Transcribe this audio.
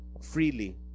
freely